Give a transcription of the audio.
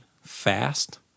fast